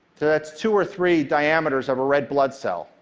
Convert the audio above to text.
that's two or three diameters of a red blood cell,